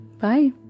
Bye